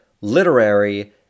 literary